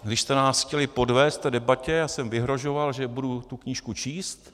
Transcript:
Když jste nás chtěli podvést v té debatě, já jsem vyhrožoval, že budu tu knížku číst.